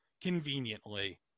conveniently